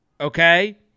okay